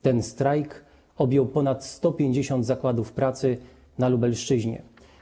Ten strajk objął ponad 150 zakładów pracy na Lubelszczyźnie.